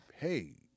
paid